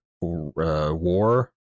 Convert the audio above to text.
War